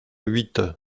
huit